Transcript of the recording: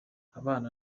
abana